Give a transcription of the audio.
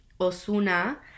osuna